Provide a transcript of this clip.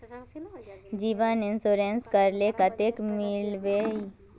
जीवन इंश्योरेंस करले कतेक मिलबे ई?